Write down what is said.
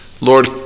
Lord